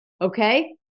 okay